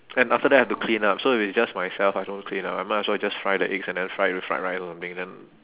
and after that I have to clean up so if it's just myself I don't clean up I might as well just fry the eggs and then fry it with fried rice or something then